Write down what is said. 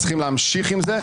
צריכים להמשיך עם זה,